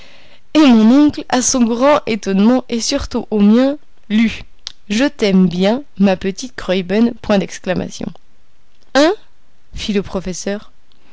et mon oncle à son grand étonnement et surtout au mien lut je t'aime bien ma petite graüben hein fit le